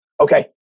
okay